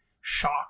shock